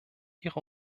ihre